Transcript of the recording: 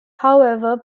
however